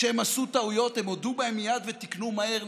כשהם עשו טעויות הם הודו בהן מייד ותיקנו מהר,